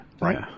Right